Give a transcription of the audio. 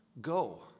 go